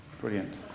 Brilliant